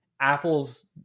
apple's